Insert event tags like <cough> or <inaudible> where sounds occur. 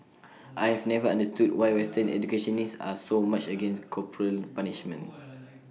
I have never understood why <noise> western educationists are so much against corporal punishment <noise>